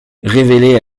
révélé